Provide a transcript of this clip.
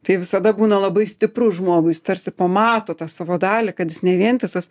tai visada būna labai stipru žmogui jis tarsi pamato tą savo dalį kad jis ne vientisas